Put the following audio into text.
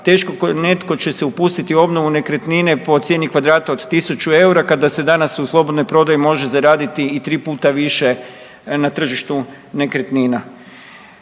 teško netko će se upustiti u obnovu nekretnine po cijeni kvadrata od 1000 EUR-a kada se danas u slobodnoj prodaji može zaraditi i 3 puta više na tržištu nekretnina.